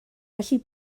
felly